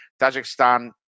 Tajikistan